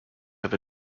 have